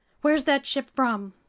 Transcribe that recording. where's that ship from?